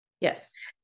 Yes